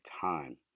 time